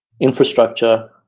infrastructure